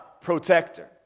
protector